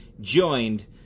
joined